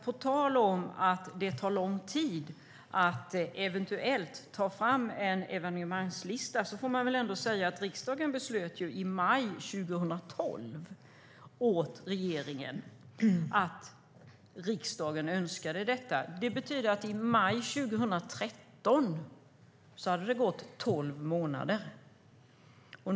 På tal om att det tar lång tid att eventuellt ta fram en evenemangslista får man väl ändå säga att riksdagen i maj 2012 fattade ett beslut och önskade detta av regeringen. Det betyder att det hade gått tolv månader i maj 2013.